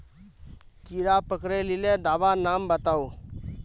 कीड़ा पकरिले दाबा नाम बाताउ?